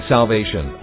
Salvation